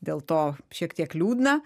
dėl to šiek tiek liūdna